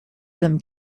them